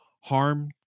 harm